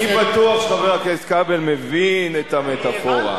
אני בטוח שחבר הכנסת כבל מבין את המטאפורה.